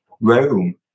Rome